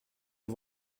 est